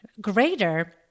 greater